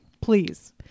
please